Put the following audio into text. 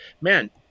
man